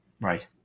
right